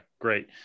great